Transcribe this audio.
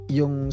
yung